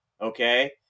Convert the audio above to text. Okay